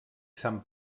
sant